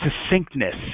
succinctness